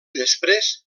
després